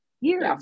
years